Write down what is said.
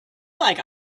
like